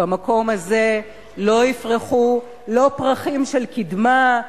במקום הזה לא יפרחו לא פרחים של קדמה,